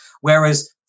Whereas